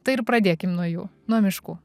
tai ir pradėkim nuo jų nuo miškų